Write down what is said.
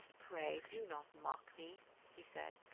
pray do not mock me he said.